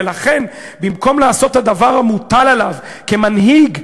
ולכן במקום לעשות את הדבר המוטל עליו כמנהיג,